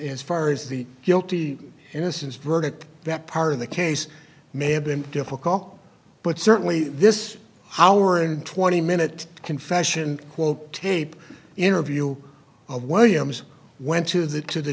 insofar as the guilty innocence verdict that part of the case may have been difficult but certainly this hour and twenty minute confession quote tape interview of why you went to that to the